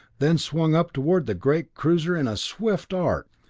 then swung up toward the great cruiser in a swift arc!